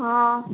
हँ